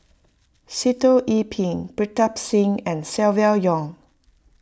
Sitoh Yih Pin Pritam Singh and Silvia Yong